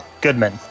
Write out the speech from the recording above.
Goodman